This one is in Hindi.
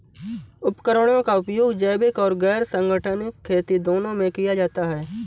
उपकरणों का उपयोग जैविक और गैर संगठनिक खेती दोनों में किया जाता है